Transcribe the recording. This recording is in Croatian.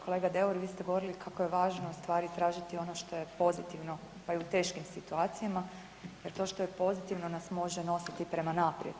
Kolega Deur, vi ste govorili kako je važno ustvari tražiti ono što je pozitivno, pa i u teškim situacijama jer to što je pozitivno nas može nositi prema naprijed.